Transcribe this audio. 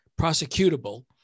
prosecutable